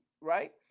right